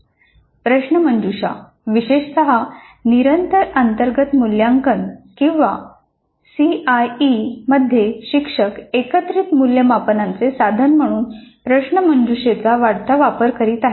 प्रश्नमंजुषा विशेषतः निरंतर अंतर्गत मूल्यांकन किंवा सीआयईमध्ये शिक्षक एकत्रित मूल्यमापनाचे साधने म्हणून प्रश्नमंजुषेचा वाढता वापर करीत आहेत